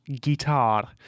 guitar